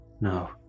No